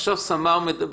עכשיו ס' מדברת.